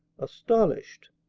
astonished,